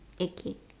egg cake